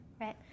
right